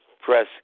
press